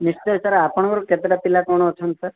ନିଶ୍ଚୟ ସାର୍ ଆପଣଙ୍କର କେତେଟା ପିଲା କ'ଣ ଅଛନ୍ତି ସାର୍